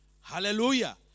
Hallelujah